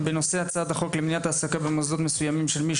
בנושא: הצעת חוק למניעת העסקה במוסדות מסוימים של מי